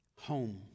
Home